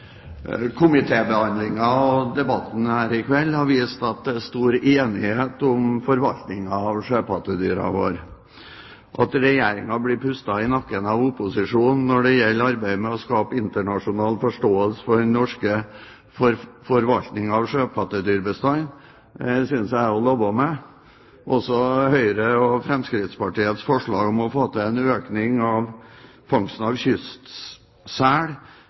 Komitébehandlingen og debatten her i kveld har vist at det er stor enighet om forvaltningen av sjøpattedyrene våre. At Regjeringen blir pustet i nakken av opposisjonen når det gjelder arbeidet med å skape internasjonal forståelse for den norske forvaltningen av sjøpattedyrbestanden, synes jeg er til å leve med. Også Høyre og Fremskrittspartiets forslag om å få til en økning av fangsten av